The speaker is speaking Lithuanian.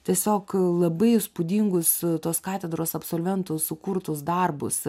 tiesiog labai įspūdingus tos katedros absolventų sukurtus darbus